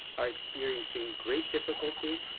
are experiencing great difficulty.